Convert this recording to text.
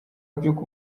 by’uko